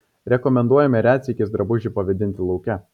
rekomenduojame retsykiais drabužį pavėdinti lauke